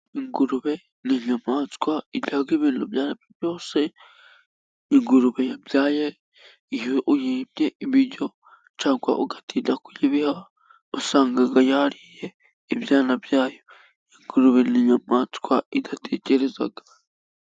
Ingurube n'inyamaswa irya ibintu byose, ingurube yabyaye iyo uyimye ibiryo cyangwa ugatinda usanga yariye ibyana byayo, ingurube n'inyamaswa idatekereza.